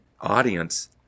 audience